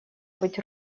быть